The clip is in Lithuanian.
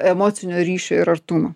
emocinio ryšio ir artumo